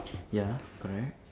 ya correct